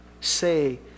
say